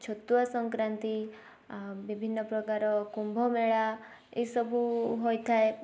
ଛତୁଆ ସଂକ୍ରାନ୍ତି ବିଭିନ୍ନ ପ୍ରକାର କୁମ୍ଭ ମେଳା ଏଇ ସବୁ ହୋଇଥାଏ